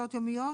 יומיות,